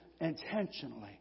intentionally